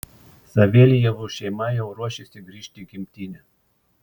saveljevų šeima jau ruošiasi grįžti į gimtinę